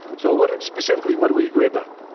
so, what specifically, what do we agree about?